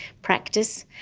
practice,